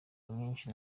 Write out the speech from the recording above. nyinshi